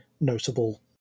notable